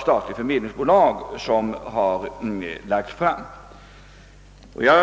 statligt förmedlingsbolag som har lagts fram.